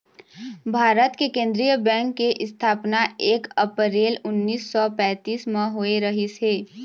भारत के केंद्रीय बेंक के इस्थापना एक अपरेल उन्नीस सौ पैतीस म होए रहिस हे